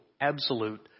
absolute